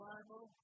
Bible